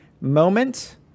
moment